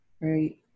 right